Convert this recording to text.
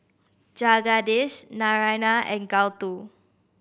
Jagadish Naraina and Gouthu